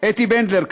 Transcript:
אתי בנדלר,